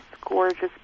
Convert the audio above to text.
gorgeous